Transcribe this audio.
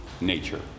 nature